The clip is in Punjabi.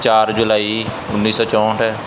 ਚਾਰ ਜੁਲਾਈ ਉੱਨੀ ਸੌ ਚੌਹਠ